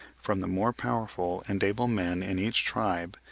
from the more powerful and able men in each tribe,